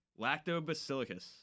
Lactobacillus